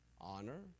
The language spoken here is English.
honor